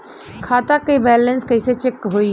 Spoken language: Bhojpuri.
खता के बैलेंस कइसे चेक होई?